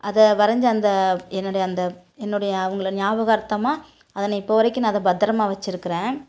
அதை வரைந்து அந்த என்னுடைய அந்த என்னுடைய அவங்களை ஞாபகார்த்தமாக அதை நான் இப்போது வரைக்கும் நான் அதை பத்தரமாக வச்சிருக்கிறேன்